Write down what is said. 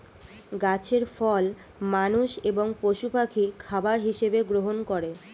গাছের ফল মানুষ এবং পশু পাখি খাবার হিসাবে গ্রহণ করে